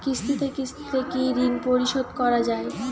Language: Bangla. কিস্তিতে কিস্তিতে কি ঋণ পরিশোধ করা য়ায়?